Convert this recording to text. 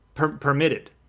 permitted